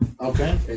Okay